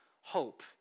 hope